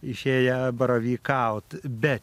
išėję baravykaut bet